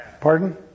pardon